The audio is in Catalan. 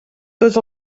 tots